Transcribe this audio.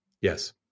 Yes